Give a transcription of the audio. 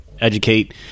educate